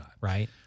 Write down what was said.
right